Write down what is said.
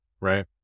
Right